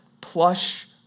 plush